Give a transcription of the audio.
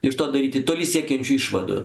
iš to daryti toli siekiančių išvadų